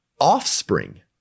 offspring